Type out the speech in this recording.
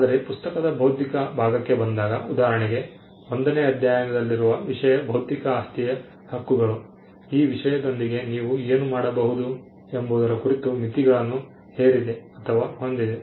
ಆದರೆ ಪುಸ್ತಕದ ಬೌದ್ಧಿಕ ಭಾಗಕ್ಕೆ ಬಂದಾಗ ಉದಾಹರಣೆಗೆ ಒಂದನೇ ಅಧ್ಯಾಯದಲ್ಲಿರುವ ವಿಷಯವು ಬೌದ್ಧಿಕ ಆಸ್ತಿಯ ಹಕ್ಕುಗಳು ಆ ವಿಷಯದೊಂದಿಗೆ ನೀವು ಏನು ಮಾಡಬಹುದು ಎಂಬುದರ ಕುರಿತು ಮಿತಿಗಳನ್ನು ಹೇರಿದೆ ಅಥವಾ ಹೊಂದಿದೆ